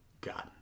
God